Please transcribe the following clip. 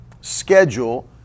Schedule